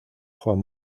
juan